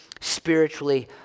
spiritually